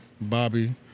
Bobby